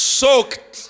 soaked